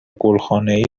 گلخانهای